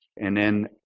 and then,